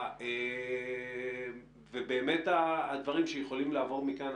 הדברים שיכולים לעבור מכאן,